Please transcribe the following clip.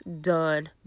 done